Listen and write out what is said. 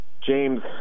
James